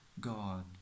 God